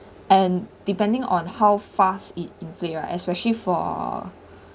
and depending on how fast it inflicts ah especially for